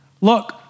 look